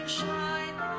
shine